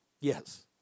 Yes